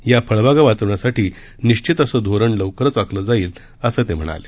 या फळबागा वाचवण्यासाठी निश्वित असे धोरण लवकरच आखलं जाईल असे ते म्हणाले